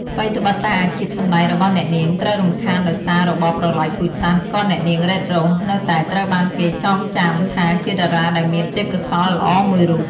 ថ្វីត្បិតតែអាជីពសម្តែងរបស់អ្នកនាងត្រូវរំខានដោយសាររបបប្រល័យពូជសាសន៍ក៏ អ្នកនាង រ៉េត រ៉ូស នៅតែត្រូវបានគេចងចាំថាជាតារាដែលមានទេពកោសល្យល្អមួយរូប។